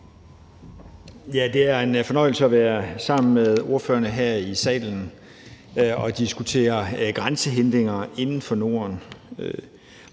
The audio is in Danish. Det er en fornøjelse at være sammen med ordførerne her i salen og diskutere grænsehindringer inden for Norden.